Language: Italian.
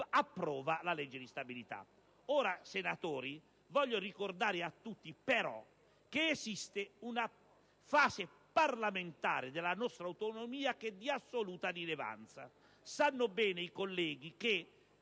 approvi la legge di stabilità. Onorevoli senatori, voglio ricordare a tutti che esiste una fase parlamentare della nostra autonomia di assoluta rilevanza. Lo sanno bene i colleghi che,